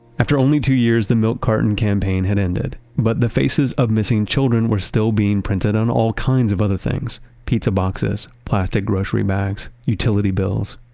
after only two years the milk carton campaign had ended, but the faces of missing children were still being printed on all kinds of other things pizza boxes, plastic grocery bags, utility bills.